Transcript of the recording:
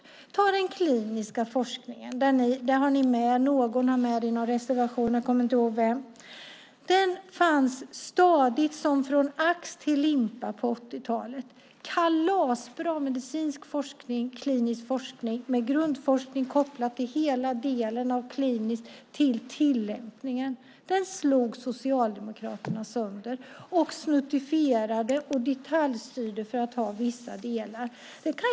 Jag kan ta den kliniska forskningen som exempel som någon har tagit med i någon reservation, men jag kommer inte ihåg vem. Det fanns kalasbra medicinsk forskning och klinisk forskning, från ax till limpa, på 80-talet med grundforskning kopplad till hela delen av klinisk forskning till tillämpningen. Den slog Socialdemokraterna sönder, snuttifierade och detaljstyrde för att ha vissa delar.